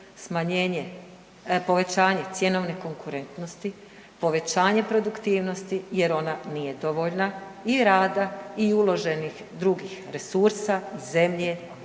smanjenje, povećanje cjenovne konkurentnosti, povećanje produktivnosti jer ona nije dovoljna i rada i uloženih drugih resursa, zemlje